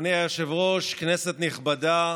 אדוני היושב-ראש, כנסת נכבדה.